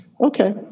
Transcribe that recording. Okay